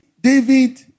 David